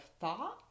thought